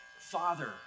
Father